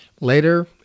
Later